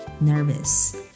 nervous